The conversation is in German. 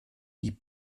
die